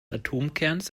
atomkerns